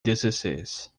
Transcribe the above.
dezesseis